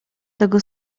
tego